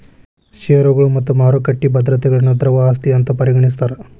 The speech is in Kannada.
ಷೇರುಗಳು ಮತ್ತ ಮಾರುಕಟ್ಟಿ ಭದ್ರತೆಗಳನ್ನ ದ್ರವ ಆಸ್ತಿ ಅಂತ್ ಪರಿಗಣಿಸ್ತಾರ್